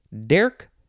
dirk